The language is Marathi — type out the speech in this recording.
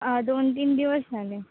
दोन तीन दिवस झाले